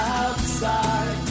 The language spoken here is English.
outside